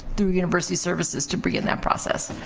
through university services, to begin that process,